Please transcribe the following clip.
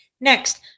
Next